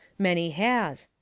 many has.